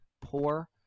poor